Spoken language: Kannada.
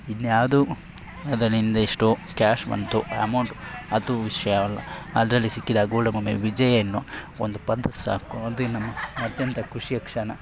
ಇನ್ಯಾವುದೂ ಅದರಿಂದ ಎಷ್ಟೋ ಕ್ಯಾಶ್ ಬಂತು ಅಮೌಂಟ್ ಅದು ವಿಷಯ ಅಲ್ಲ ಅದರಲ್ಲಿ ಸಿಕ್ಕಿದ ಗೋಲ್ಡನ್ ಮೂಮೆ ವಿಜಯವನ್ನು ಒಂದು ಪದಕ ಸಾಕು ಅಂದರೆ ನಮ್ಮ ಅಂತ್ಯಂತ ಖುಷಿಯ ಕ್ಷಣ